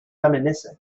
reminiscing